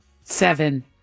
seven